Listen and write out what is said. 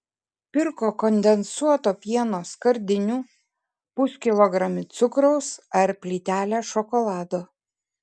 pirko kondensuoto pieno skardinių puskilogramį cukraus ar plytelę šokolado